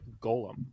Golem